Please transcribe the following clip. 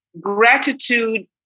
gratitude